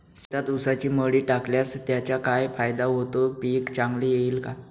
शेतात ऊसाची मळी टाकल्यास त्याचा काय फायदा होतो, पीक चांगले येईल का?